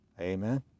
Amen